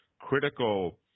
critical